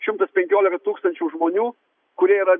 šimtas penkiolika tūkstančių žmonių kurie yra